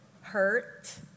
hurt